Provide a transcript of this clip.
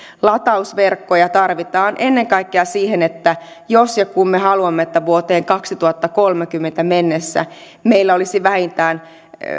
latausverkkoja tarvitaan ennen kaikkea siihen että jos ja kun me haluamme että vuoteen kaksituhattakolmekymmentä mennessä meillä olisi vähintään